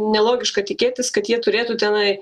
nelogiška tikėtis kad jie turėtų tenai